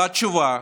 והתשובה: